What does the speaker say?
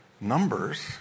numbers